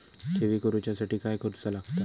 ठेवी करूच्या साठी काय करूचा लागता?